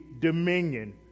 dominion